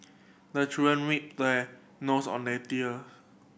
the children weep their nose on the tear